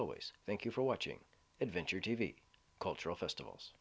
always thank you for watching adventure t v cultural festivals